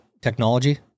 technology